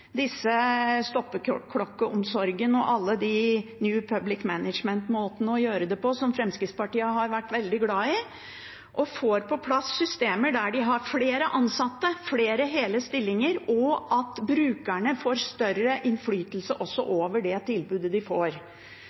stoppeklokkeomsorgen og alle de New Public Management-måtene å gjøre det på som Fremskrittspartiet har vært veldig glad i, og får på plass systemer der de har flere ansatte, flere hele stillinger, og der brukerne får større innflytelse over det tilbudet de får.